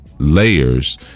Layers